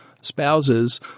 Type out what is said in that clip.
spouses